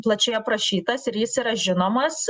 plačiai aprašytas ir jis yra žinomas